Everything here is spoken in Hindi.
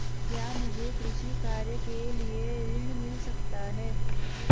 क्या मुझे कृषि कार्य के लिए ऋण मिल सकता है?